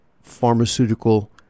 pharmaceutical